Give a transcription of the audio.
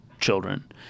children